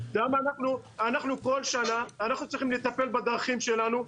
כל שנה אנחנו צריכים לטפל בדרכים שלנו.